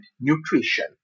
nutrition